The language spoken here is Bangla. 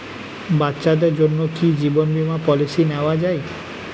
বাচ্চাদের জন্য কি জীবন বীমা পলিসি নেওয়া যায়?